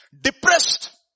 Depressed